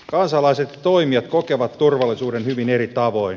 kansalaiset ja toimijat kokevat turvallisuuden hyvin eri tavoin